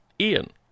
Ian